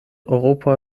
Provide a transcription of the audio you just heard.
europa